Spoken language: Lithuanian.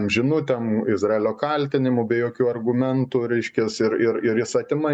amžinų temų izraelio kaltinimų be jokių argumentų reiškias ir ir ir jis atima